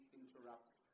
interrupts